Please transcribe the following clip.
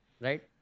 right